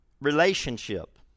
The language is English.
relationship